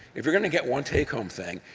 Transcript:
if you're get to get one take-home thing,